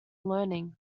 learning